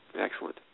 Excellent